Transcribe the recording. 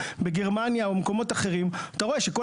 בגרמניה או במקומות אחרים אתה רואה שכל